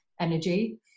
energy